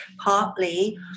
partly